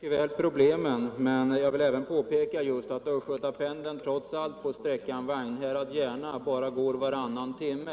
Någon övre åldersgräns finns inte när det gäller framförande av motorfordon och följaktligen inte heller när det gäller skolskjutsning.